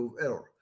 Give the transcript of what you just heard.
error